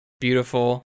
Beautiful